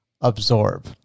absorb